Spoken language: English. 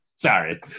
Sorry